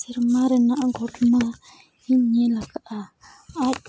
ᱥᱮᱨᱢᱟ ᱨᱮᱱᱟᱜ ᱜᱷᱚᱴᱚᱱᱟ ᱤᱧ ᱧᱮᱞᱟᱠᱟᱫᱼᱟ ᱟᱨ